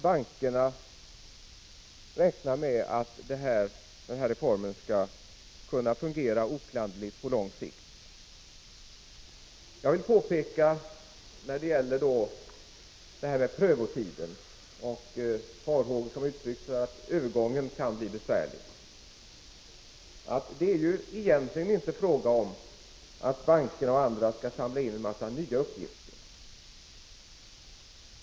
Gt bankerna räknar med att den här reformen skall kunna fungera oklanderligt Skyldigheten Se lämna på lång sikt. kontrolluppgifter Jag vill när det gäller prövotiden och farhågor som här har uttryckts för att övergången kan bli besvärlig säga, att det egentligen inte är fråga om att banker och andra skall samla in en mängd nya uppgifter.